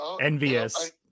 envious